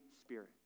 Spirit